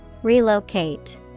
relocate